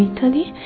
Italy